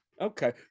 Okay